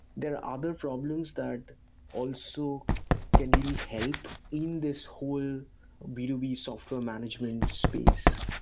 there are other problems that also can really help in this whole b two b software management space,